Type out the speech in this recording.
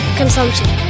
consumption